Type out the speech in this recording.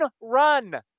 run